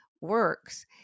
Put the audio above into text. works